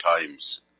times